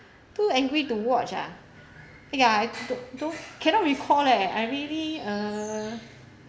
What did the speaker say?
too angry to watch ah ya I don't don't cannot recall leh I really uh